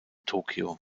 tokio